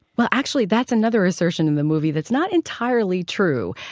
well, actually, that's another assertion in the movie that's not entirely true.